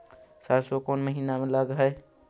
सरसों कोन महिना में लग है?